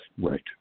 right